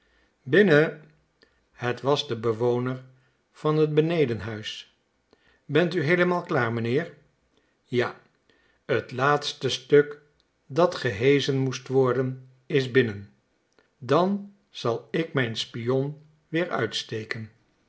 binnen het was de bewoner van het benedenhuis ben u heelemaal klaar meneer ja t laatste stuk dat geheschen moest worden is binnen dan zal ik mijn spion weer uitsteken